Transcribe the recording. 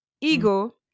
ego